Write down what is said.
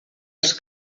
els